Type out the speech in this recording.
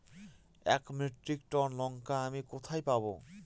এক metric ton লঙ্কা আমি কোথায় পাবো?